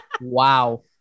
Wow